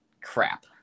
crap